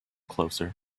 closer